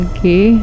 Okay